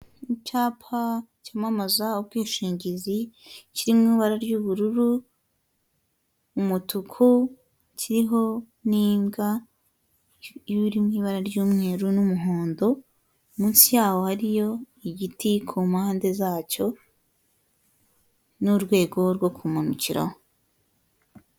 Icyapa cyamamaza ubwishingizi kiri mu ibara ry'ubururu, umutuku kiho n'imbwa iba iri mu ibara ry'umweru n'umuhondo, munsi yaho hariyo igiti ku mpande zacyo n'urwego rwo kumanukiraho.